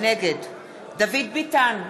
נגד דוד ביטן,